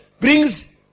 brings